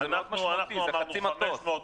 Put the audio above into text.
זה חצי מטוס,